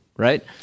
right